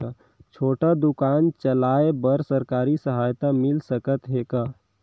छोटे दुकान चलाय बर सरकारी सहायता मिल सकत हे का?